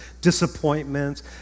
disappointments